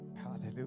Hallelujah